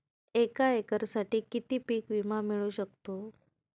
एका एकरसाठी किती पीक विमा मिळू शकतो?